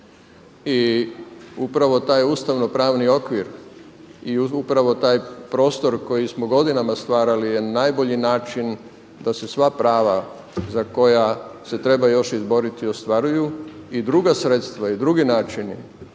I upravo taj ustavno-pravni okvir i upravo taj prostor koji smo godinama stvarali je najbolji način da se sva prava za koja se treba još izboriti ostvaruju i druga sredstva i drugi načini